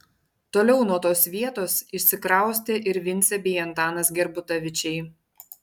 toliau nuo tos vietos išsikraustė ir vincė bei antanas gerbutavičiai